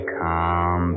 calm